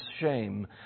shame